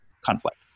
conflict